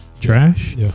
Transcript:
trash